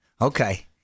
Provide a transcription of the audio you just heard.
Okay